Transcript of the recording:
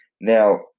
Now